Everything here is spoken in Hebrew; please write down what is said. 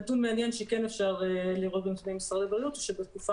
נתון מעניין שכן אפשר לראות בנתוני משרד הבריאות הוא שבתקופה